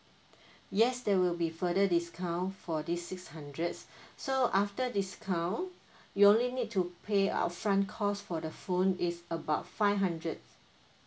yes there will be further discount for this six hundreds so after discount you only need to pay upfront cost for the phone is about five hundred